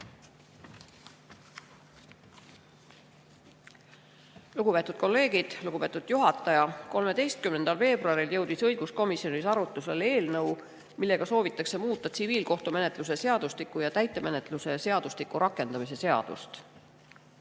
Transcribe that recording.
Lugupeetud kolleegid! Lugupeetud juhataja! 13. veebruaril jõudis õiguskomisjonis arutlusele eelnõu, millega soovitakse muuta tsiviilkohtumenetluse seadustiku ja täitemenetluse seadustiku rakendamise seadust.